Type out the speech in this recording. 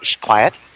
quiet